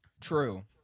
True